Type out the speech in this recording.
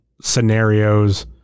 scenarios